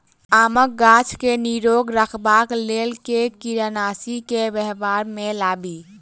आमक गाछ केँ निरोग रखबाक लेल केँ कीड़ानासी केँ व्यवहार मे लाबी?